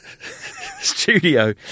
studio